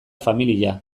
familia